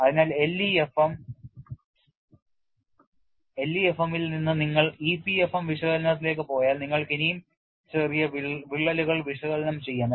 അതിനാൽ LEFM ൽ നിന്ന് നിങ്ങൾ EPFM വിശകലനത്തിലേക്ക് പോയാൽ നിങ്ങൾക്ക് ഇനിയും ചെറിയ വിള്ളലുകൾ വിശകലനം ചെയ്യാം